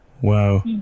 Wow